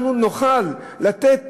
אנחנו נוכל לתת תמיכה,